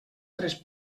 tres